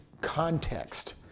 context